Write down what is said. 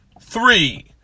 three